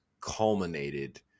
culminated